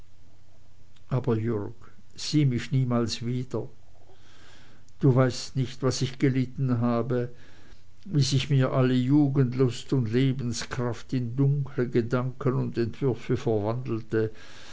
aber jürg sieh mich niemals wieder du weißt nicht was ich gelitten habe wie sich mir alle jugendlust und lebenskraft in dunkle gedanken und entwürfe verwandelte